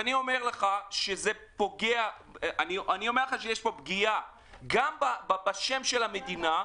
אני אומר לך שיש פה פגיעה גם בשם של המדינה.